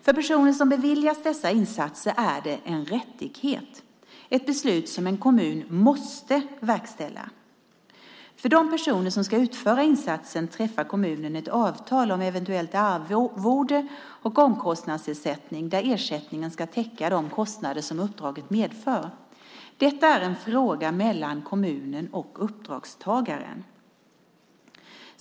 För personer som beviljas dessa insatser är det en rättighet - ett beslut som en kommun måste verkställa. För de personer som ska utföra insatsen träffar kommunen ett avtal om eventuellt arvode och omkostnadsersättning där ersättningen ska täcka de kostnader som uppdraget medför. Detta är en fråga mellan kommunen och uppdragstagaren.